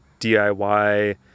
DIY